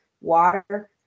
water